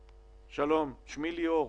"שלום, שמי ליאור,